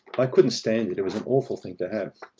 i couldn't stand it. it was an awful thing to have.